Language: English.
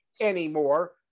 anymore